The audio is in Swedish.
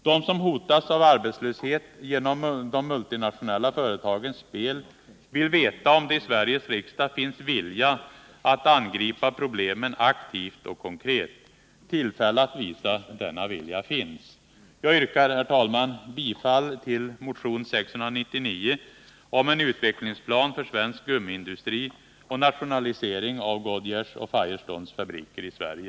De som hotas av arbetslöshet genom de multinationella företagens spel vill veta om det i Sveriges riksdag finns vilja att angripa problemen aktivt och konkret. Tillfälle att visa denna vilja finns. Jag yrkar, herr talman, bifall till motion 699 om en utvecklingsplan för svensk gummiindustri och nationalisering av Goodyears och Firestones fabriker i Sverige.